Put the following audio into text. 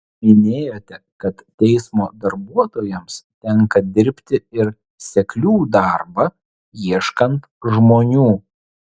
minėjote kad teismo darbuotojams tenka dirbti ir seklių darbą ieškant žmonių